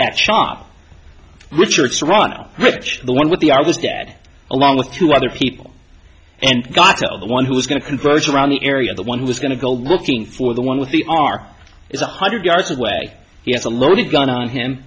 that shop richard serrano rich the one with the artist dad along with two other people and got one who is going to converge around the area the one who is going to go looking for the one with the r is one hundred yards away he has a loaded gun on him